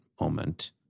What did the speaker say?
moment